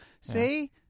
See